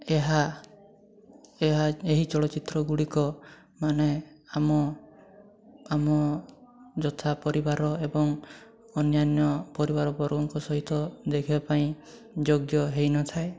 ଏହା ଏହା ଏହି ଚଳଚ୍ଚିତ୍ରଗୁଡ଼ିକ ମାନେ ଆମ ଆମ ଯଥା ପରିବାର ଏବଂ ଅନ୍ୟାନ୍ୟ ପରିବାର ବର୍ଗଙ୍କ ସହିତ ଦେଖିବା ପାଇଁ ଯୋଗ୍ୟ ହୋଇନଥାଏ